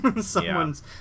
someone's